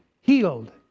healed